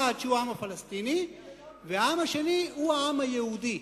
שהוא העם הפלסטיני והעם השני הוא העם היהודי,